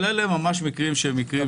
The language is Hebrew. אלה ממש - נגיד,